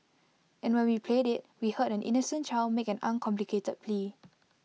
and when we played IT we heard an innocent child make an uncomplicated plea